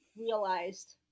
realized